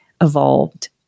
evolved